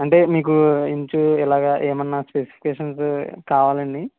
అంటే మీకు ఇంచు ఇలా ఏమన్నా స్పెసిఫికేషన్స్ కావాలండి